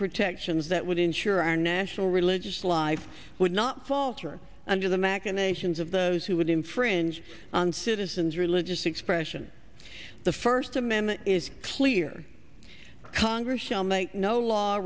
protections that would ensure our national religious life would not falter under the machinations of those who would infringe on citizens religious expression the first amendment is clear congress shall make no law